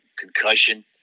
concussion